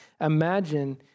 Imagine